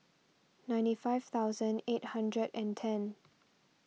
ninety five thousand eight hundred and ten